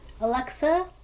alexa